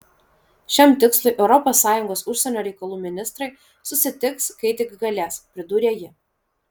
šiam tikslui europos sąjungos užsienio reikalų ministrai susitiks kai tik galės pridūrė ji